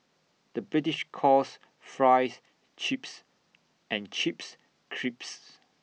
the British calls Fries Chips and Chips Crisps